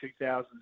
2000s